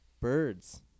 Birds